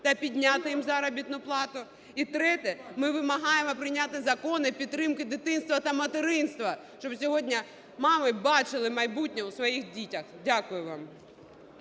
та підняти заробітну плату. І третє. Ми вимагаємо прийняти закони підтримки дитинства та материнства. Щоб сьогодні мами бачили майбутнє у своїх дітях. Дякую вам.